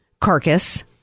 carcass